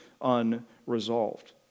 unresolved